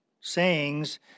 sayings